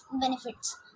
benefits